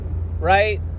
right